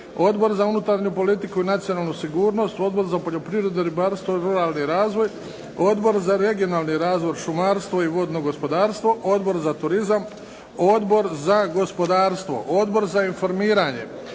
Odbor za unutarnju politiku i nacionalnu sigurnost, Odbor za poljoprivredu, ribarstvo i ruralni razvoj, Odbor za regionalni razvoj, šumarstvo i vodno gospodarstvo, Odbor za turizam, Odbor za gospodarstvo, Odbor za informiranje,